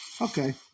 Okay